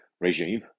regime